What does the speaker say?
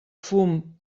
fum